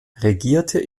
regierte